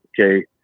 Okay